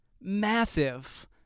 Massive